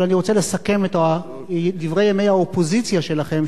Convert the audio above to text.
אבל אני רוצה לסכם את דברי ימי האופוזיציה שלכם,